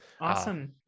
Awesome